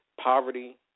poverty